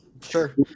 sure